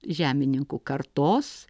žemininkų kartos